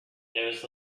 knows